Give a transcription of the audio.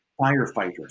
Firefighters